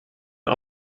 een